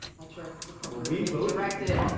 not sure if it's appropriately but directed.